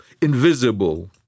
invisible